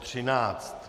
13.